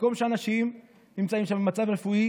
מקום שאנשים נמצאים שם במצב רפואי